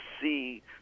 see